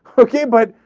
okay but,